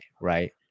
right